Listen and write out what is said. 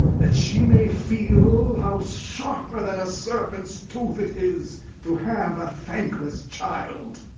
that she may feel how sharper than a serpent's tooth it is to have a thankless child!